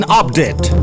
update